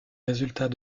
résultats